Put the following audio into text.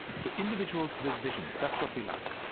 so individuals with vision, that's what we lack